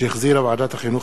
שהחזירה ועדת החינוך,